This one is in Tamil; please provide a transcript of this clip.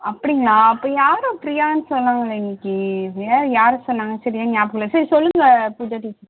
அப்படிங்களா அப்போ யாரோ ப்ரியான்னு சொன்னாங்களே இன்னைக்கு வேறு யார் சொன்னாங்க சரியாக ஞாபகம் இல்லை சரி சொல்லுங்கள் பூஜா டீச்சர்